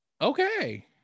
okay